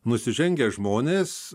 nusižengia žmonės